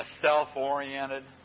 self-oriented